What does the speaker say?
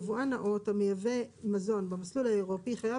יבואן נאות המייבא מזון במסלול האירופי חייב